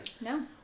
no